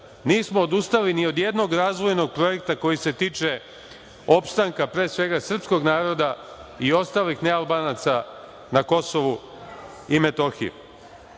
Nismo odustali ni od jednog razvojnog projekta koji se tiče opstanka, pre svega, srpskog naroda i ostalih nealbanaca na Kosovu i Metohiji. Neki